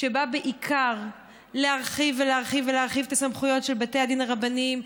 ושבא בעיקר להרחיב ולהרחיב ולהרחיב את הסמכויות של בתי הדין הרבניים,